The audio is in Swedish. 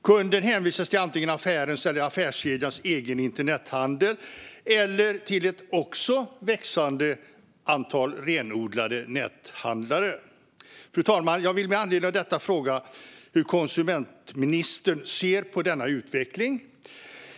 Kunden hänvisas antingen till affärens eller affärskedjans egen internethandel eller till ett också växande antal renodlade näthandlare. Fru talman! Jag vill med anledning av detta fråga hur konsumentministern ser på denna utveckling.